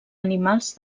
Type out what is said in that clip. animals